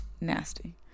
Nasty